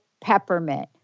peppermint